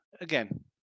again